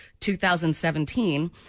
2017